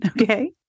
Okay